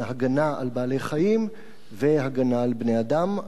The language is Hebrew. הגנה על בעלי-חיים והגנה על בני-אדם.